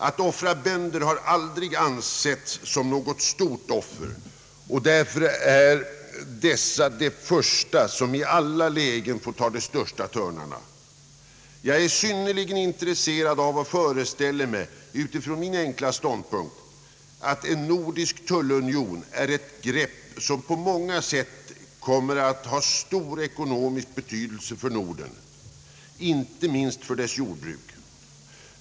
Att offra bönder har aldrig ansetts som något stort offer, och därför är dessa de första som i alla lägen får ta de största törnarna. Jag är synnerligen intresserad av och föreställer mig utifrån min enkla ståndpunkt, att en nordisk tullunion är ett grepp, som på många sätt kommer att ha stor ekonomisk betydelse för hela Norden, inte minst för dess jordbruk.